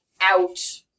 out